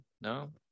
no